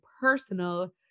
personal